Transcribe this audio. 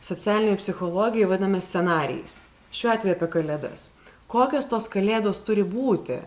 socialinėj psichologijoj vadiname scenarijais šiuo atveju apie kalėdas kokios tos kalėdos turi būti